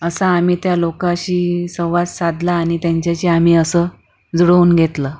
असं आम्ही त्या लोकाशी संवाद साधला आणि त्यांच्याशी आम्ही असं जुळवून घेतलं